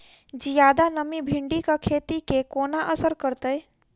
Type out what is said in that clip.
जियादा नमी भिंडीक खेती केँ कोना असर करतै?